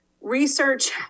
research